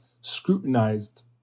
scrutinized